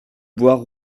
bois